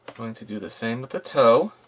going to do the same with the toe.